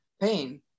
pain